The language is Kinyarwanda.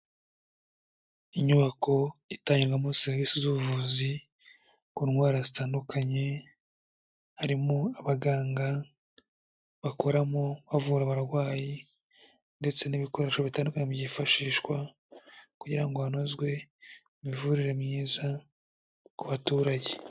Inyubako itangirwamo serivisi z'ubuvuzi ku ndwara zitandukanye, harimo abaganga bakoramo bavura abarwayi, ndetse n'ibikoresho bitandukanye byifashishwa, kugira ngo hanozwe imivurire myiza ku baturage.